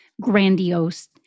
grandiose